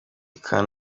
can